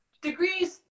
degrees